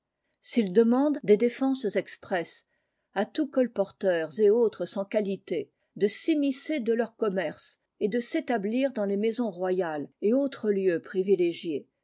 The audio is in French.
s'ils demandent des défenses expresses à tous colporteurs et autres sans qualité de s'immiscer de leur commerce et de s'établir dans les maisons royales et autres lieux privilégiés